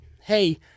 hey